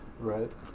Right